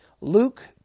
luke